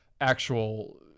actual